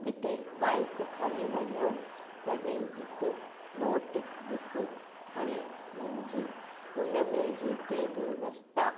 अॻिते बाइक खणी वञऊं तॾहिं हिकु नोट बुक खणी वञिजे उनमें जेके बि रस्ता